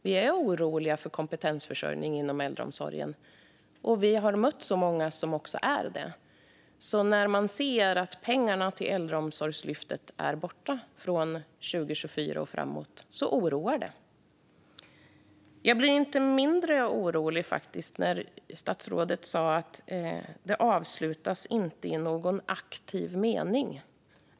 Vi är oroliga för kompetensförsörjningen inom äldreomsorgen och har mött många andra som också är det. När man ser att pengarna till Äldreomsorgslyftet är borta från 2024 och framåt oroar det alltså. Jag blev faktiskt inte mindre orolig när statsrådet sa att det inte avslutas i någon aktiv mening.